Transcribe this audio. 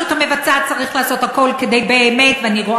אתה באמת מפריע